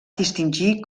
distingir